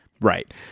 Right